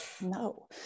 No